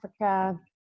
Africa